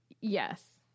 yes